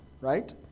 right